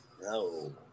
No